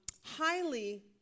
highly